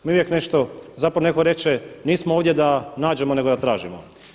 Mi uvijek nešto, zapravo netko reče nismo ovdje da nađemo, nego da tražimo.